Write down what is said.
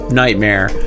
nightmare